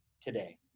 today